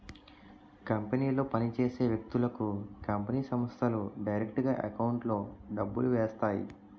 కంపెనీలో పని చేసే వ్యక్తులకు కంపెనీ సంస్థలు డైరెక్టుగా ఎకౌంట్లో డబ్బులు వేస్తాయి